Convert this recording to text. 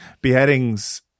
Beheadings